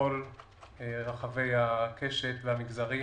בכל רחבי הקשת והמגזרים.